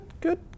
good